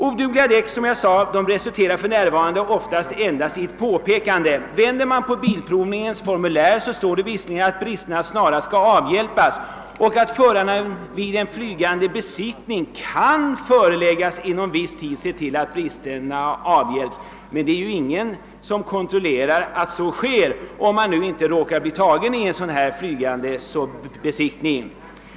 Odugliga däck resulterar för närvarande ofta endast i påpekanden. På baksidan av bilprovningens formulär står det visserligen att bristerna snarast skall avhjälpas och att föraren vid en flygande besiktning kan föreläggas att inom viss tid se till att bristerna avhjälps. Men det är ju ingen som kontrollerar att så sker, om man nu inte råkar ut för en flygande besiktning.